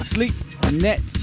Sleepnet